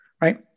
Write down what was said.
right